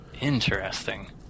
Interesting